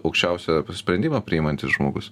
aukščiausia sprendimą priimantis žmogus